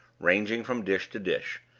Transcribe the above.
ranging from dish to dish,